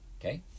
Okay